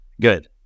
Good